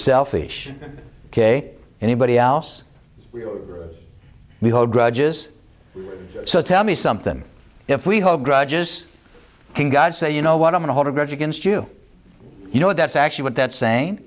selfish ok anybody else we hold grudges so tell me something if we hold grudges can god say you know what i'm gonna hold a grudge against you you know that's actually what that saying